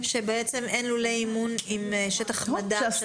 שבעצם אין לולי אימון עם שטח מדף.